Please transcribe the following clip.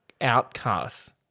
outcasts